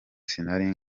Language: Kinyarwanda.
sinari